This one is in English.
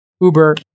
uber